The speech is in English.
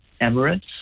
Emirates